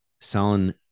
selling